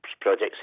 projects